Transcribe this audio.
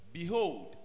behold